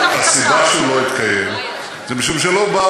הסיבה שהוא לא התקיים היא שלא באו